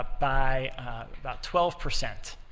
by about twelve percent.